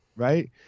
right